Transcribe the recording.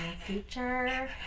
future